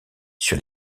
sur